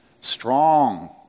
strong